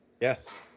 Yes